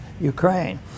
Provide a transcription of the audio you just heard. Ukraine